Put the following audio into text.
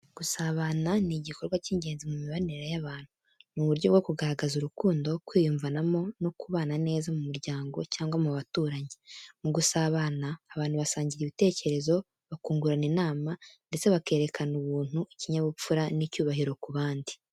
Gusabana ni igikorwa cy’ingenzi mu mibanire y’abantu. Ni uburyo bwo kugaragaza urukundo, kwiyumvanamo no kubana neza mu muryango cyangwa mu baturanyi. Mu gusabana, abantu basangira ibitekerezo, bakungurana inama, ndetse bakerekana ubuntu, ikinyabupfura n’icyubahiro ku bandi.